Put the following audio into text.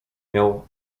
miał